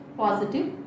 positive